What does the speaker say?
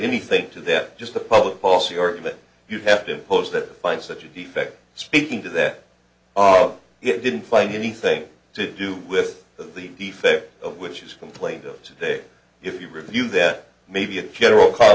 anything to that just the public policy or that you have to impose that by such a defect speaking to that odd it didn't find anything to do with the effect of which is complained of today if you review that maybe a general ca